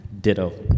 Ditto